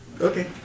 Okay